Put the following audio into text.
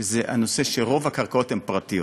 שזה הנושא שרוב הקרקעות הן פרטיות.